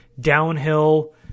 downhill